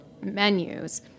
menus